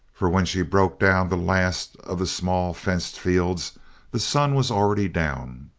for when she broke down the last of the small fenced fields the sun was already down.